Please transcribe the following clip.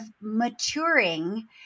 maturing